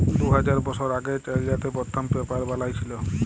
দু হাজার বসর আগে চাইলাতে পথ্থম পেপার বালাঁই ছিল